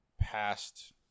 past